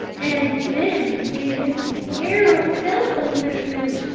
and then came this terrible telephone message,